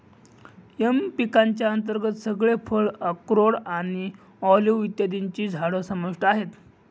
M पिकांच्या अंतर्गत सगळे फळ, अक्रोड आणि ऑलिव्ह इत्यादींची झाडं समाविष्ट आहेत